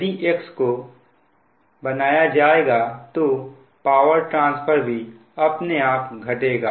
यदि X को बढ़ाया जाएगा तो पावर ट्रांसफर भी अपने आप घटेगा